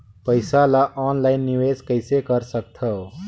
पईसा ल ऑनलाइन निवेश कइसे कर सकथव?